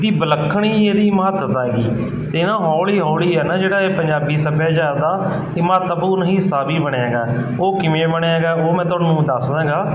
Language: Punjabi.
ਦੀ ਵਿਲੱਖਣ ਹੀ ਇਹਦੀ ਮਹੱਤਤਾ ਹੈਗੀ ਅਤੇ ਇਹ ਨਾ ਹੌਲੀ ਹੌਲੀ ਹੈ ਨਾ ਜਿਹੜਾ ਇਹ ਪੰਜਾਬੀ ਸੱਭਿਆਚਾਰ ਦਾ ਇਹ ਮਹੱਤਵਪੂਰਨ ਹਿੱਸਾ ਵੀ ਬਣਿਆ ਹੈਗਾ ਉਹ ਕਿਵੇਂ ਬਣਿਆ ਹੈਗਾ ਉਹ ਮੈਂ ਤੁਹਾਨੂੰ ਦੱਸ ਦੱਸਦਾਂਗਾ